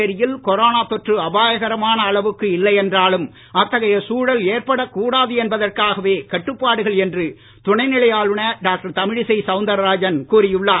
புதுச்சேரியில் கொரோனா தொற்று அபாயகரமான அளவுக்கு இல்லையென்றாலும் அத்தகைய சூழல் ஏற்படக்கூடாது என்பதற்காகவே கட்டுப்பாடுகள் என்று துணை நிலை ஆளுனர் டாக்டர் தமிழிசை சவுந்தர்ராஜன் கூறியுள்ளார்